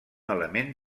element